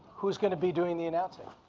who's gonna be doing the announcing.